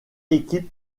équipe